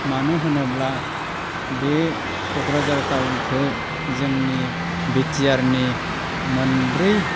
मानो होनोब्ला बे क'क्राझार टाउनखौ जोंनि बिटिआरनि मोनब्रै